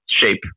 shape